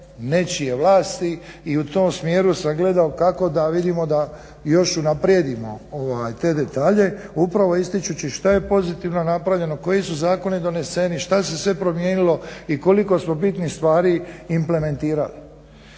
nečije vlasti i u tom smjeru sam gledao kako da vidimo da još unaprijedimo te detalje upravo ističući što je pozitivno napravljeno, koji su zakoni doneseni, šta se sve promijenilo i koliko smo bitnih stvari implementirali.